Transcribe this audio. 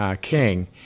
king